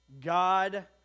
God